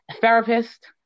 therapist